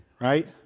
right